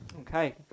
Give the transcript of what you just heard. Okay